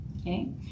Okay